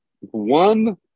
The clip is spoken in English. one